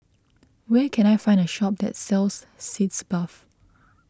where can I find a shop that sells Sitz Bath